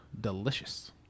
delicious